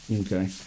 Okay